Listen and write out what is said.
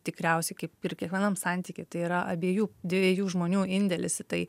tikriausiai kaip ir kiekvienam santyky tai yra abiejų dviejų žmonių indėlis į tai